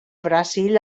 brasil